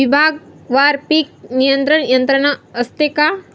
विभागवार पीक नियंत्रण यंत्रणा असते का?